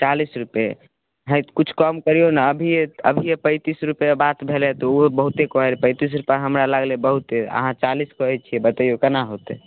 चालिस रुपैये हय किछु कम करियौ ने अभिये अभिये पैन्तीस रुपैये बात भेलै तऽ उहे बहुते कहै रहै पैन्तीस रुपैआ हमरा लागलै बहुते अहाँ चालिस कहै छियै बतैओ केना होतै